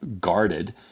guarded